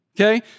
Okay